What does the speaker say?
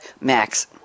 Max